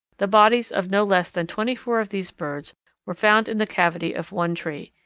the bodies of no less than twenty-four of these birds were found in the cavity of one tree.